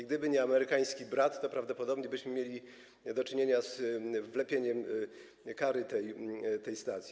Gdyby nie amerykański brat, to prawdopodobnie byśmy mieli do czynienia z wlepieniem kary tej stacji.